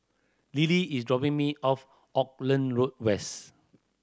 Lilly is dropping me off Auckland Road West